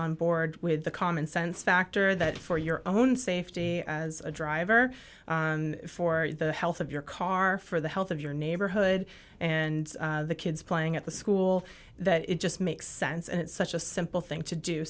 on board with the common sense factor that for your own safety as a driver for the health of your car for the health of your neighborhood and the kids playing at the school that it just makes sense and it's such a simple thing to do